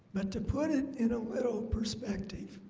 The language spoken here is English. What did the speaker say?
but to put it in a little perspective